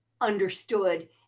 understood